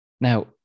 Now